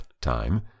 time